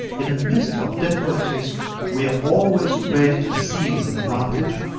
in the midst of difficulties we are always ready to seize an advantage,